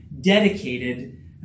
dedicated